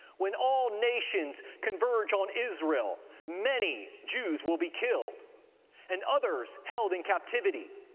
when all nations converge on israel, many jews will be killed and others held in captivity,